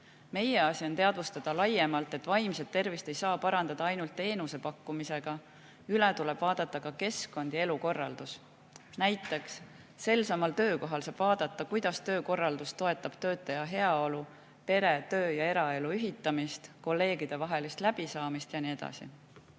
Meie asi on teadvustada laiemalt, et vaimset tervist ei saa parandada ainult teenuse pakkumisega, üle tuleb vaadata ka keskkond ja elukorraldus. Näiteks töökohal saab vaadata, kuidas töökorraldus toetab töötaja heaolu, pere-, töö- ja eraelu ühitamist, kolleegidevahelist läbisaamist ja nii edasi.